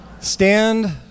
Stand